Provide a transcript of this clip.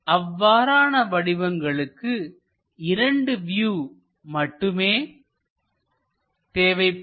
அவ்வாறான வடிவங்களுக்கு 2 வியூ மட்டுமே தேவைப்படும்